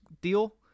deal